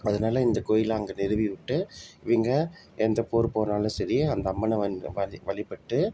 அதனால இந்த கோயிலை அங்கே நிறுவி விட்டு இவங்க எந்த போர் போனாலும் சரி அந்த அம்மனை வ வழி வழிப்பட்டு